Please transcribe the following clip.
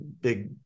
big